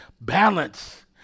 balance